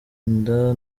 inda